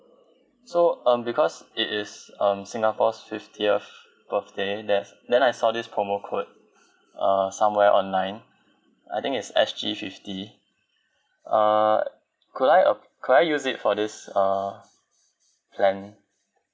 so um because it is um singapore's fiftieth birthday that's then I saw this promo code uh somewhere online I think it's S_G fifty uh could I ap~ could I use it for this uh plan